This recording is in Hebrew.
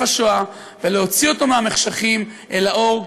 השואה" ולהוציא אותו מן המחשכים אל האור,